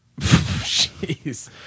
Jeez